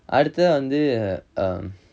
அடுத்ததா வந்து:aduthatha vanthu err um